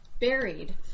buried